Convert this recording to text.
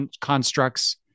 constructs